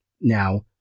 Now